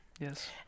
yes